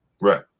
Right